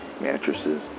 mattresses